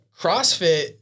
CrossFit